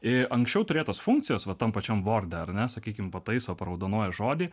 anksčiau turėtos funkcijos va tam pačiam vorde ar ne sakykim pataiso paraudonuoja žodį